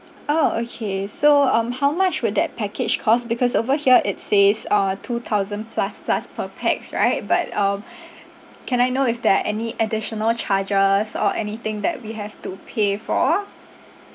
orh okay so um how much would that package cost because over here it says uh two thousand plus plus per pax right but um can I know if there are any additional charges or anything that we have to pay for